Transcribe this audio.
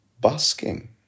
busking